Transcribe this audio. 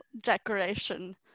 decoration